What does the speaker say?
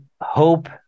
hope